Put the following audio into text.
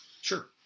Sure